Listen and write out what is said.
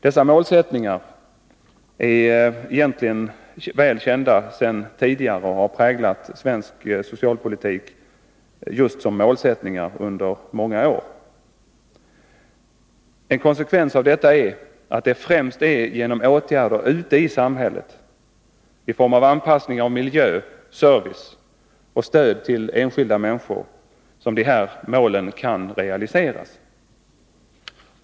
Dessa målsättningar är egentligen väl kända sedan tidigare och har präglat svensk socialpolitik just som målsättningar under många år. Konsekvensen av detta är att det främst är genom åtgärder ute i samhället i form av anpassning av miljö samt service och stöd till enskilda människor som de här målen kan realiseras.